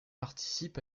participent